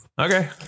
okay